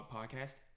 Podcast